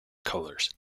colours